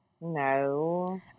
No